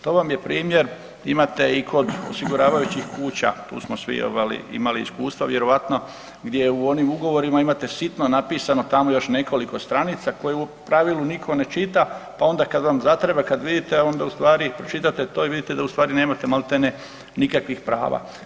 To vam je primjer imate i kod osiguravajućih kuća tu smo svi imali iskustva vjerojatno gdje u onim ugovorima imate sitno napisano tamo još nekoliko stranica koje u pravilu nitko ne čita pa onda kad vam zatreba kad vidite onda ustvari pročitate to i vidite da ustvari nemate maltene nikakvih prava.